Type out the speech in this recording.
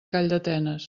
calldetenes